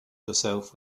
yourself